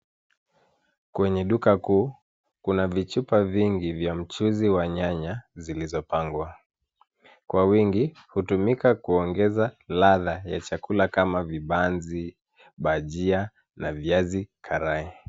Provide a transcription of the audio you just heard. Kwenye duka kuu, kuna vichupa vingi vya mchuzi wa nyanya zilizopangwa kwa wingi. Hutumika kuongeza ladha ya chakula kama vibanzi, bhajjia na viazi karai.